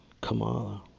Kamala